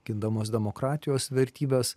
gindamos demokratijos vertybes